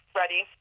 ready